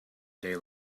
day